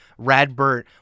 Radbert